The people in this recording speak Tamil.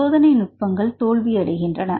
சோதனை நுட்பங்கள் தோல்வியடைகின்றன